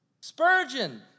Spurgeon